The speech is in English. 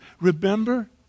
remember